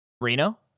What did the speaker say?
Reno